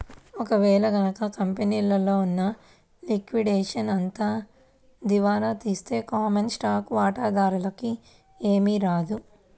ఒక వేళ గనక కంపెనీలో ఉన్న లిక్విడేషన్ అంతా దివాలా తీస్తే కామన్ స్టాక్ వాటాదారులకి ఏమీ రాదు